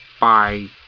Bye